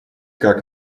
как